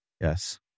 yes